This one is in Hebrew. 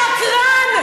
שקרן.